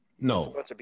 no